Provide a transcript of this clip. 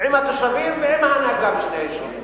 עם התושבים ועם ההנהגה בשני היישובים,